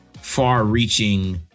far-reaching